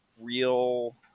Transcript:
real